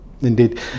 Indeed